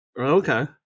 Okay